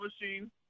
machine